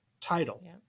title